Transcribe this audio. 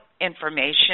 information